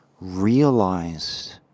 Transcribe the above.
realized